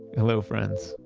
hello friends,